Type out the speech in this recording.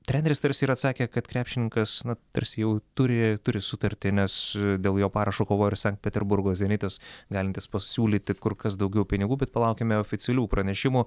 treneris tarsi ir atsakė kad krepšininkas tarsi jau turi turi sutartį nes dėl jo parašo kovojo ir sankt peterburgo zenitas galintis pasiūlyti kur kas daugiau pinigų bet palaukime oficialių pranešimų